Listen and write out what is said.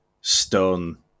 stone